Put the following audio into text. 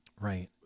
Right